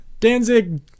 Danzig